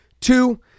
Two